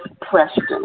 Preston